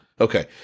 Okay